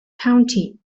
county